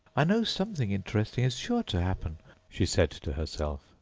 i know something interesting is sure to happen she said to herself,